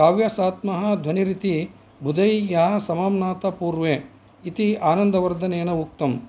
काव्यस्यात्मा ध्वनिरिति बुधैर्यः समाम्नातपूर्वः इति आनन्तवर्धनेन उक्तम्